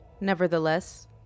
Nevertheless